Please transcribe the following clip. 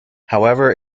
however